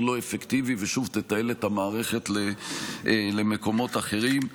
לא אפקטיבי ושוב תתעל את המערכת למקומות אחרים.